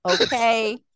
okay